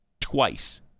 twice